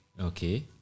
Okay